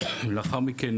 לאחר מכן